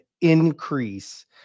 increase